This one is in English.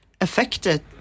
affected